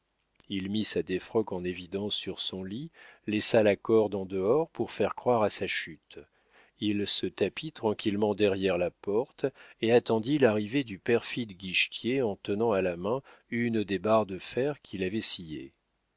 il mit sa défroque en évidence sur son lit laissa la corde en dehors pour faire croire à sa chute il se tapit tranquillement derrière la porte et attendit l'arrivée du perfide guichetier en tenant à la main une des barres de fer qu'il avait